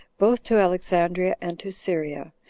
both to alexandria and to syria,